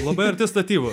labai arti statybų